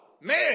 man